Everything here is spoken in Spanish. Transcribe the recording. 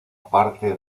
parte